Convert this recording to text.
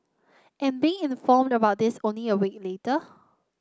and being informed about this only a week later